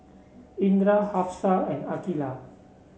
Indra Hafsa and Aqeelah